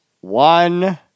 one